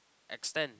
extend